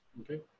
Okay